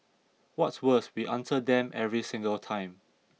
what's worse we answer them every single time